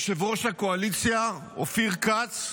יושב-ראש הקואליציה אופיר כץ,